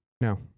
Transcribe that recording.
No